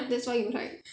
that's why you like